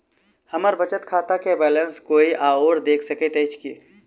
हम्मर बचत खाता केँ बैलेंस कोय आओर देख सकैत अछि की